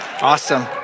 Awesome